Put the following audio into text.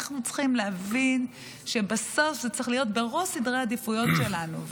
אנחנו צריכים להבין שבסוף זה צריך להיות בראש סדרי העדיפויות שלנו.